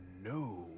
no